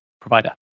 provider